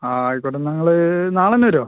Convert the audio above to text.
ആ ആയിക്കോട്ടെ എന്നാൽ നിങ്ങൾ നാളെ തന്നെ വരുമോ